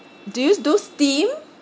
do you do steam